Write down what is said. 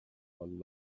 one